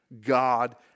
God